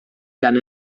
gan